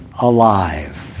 alive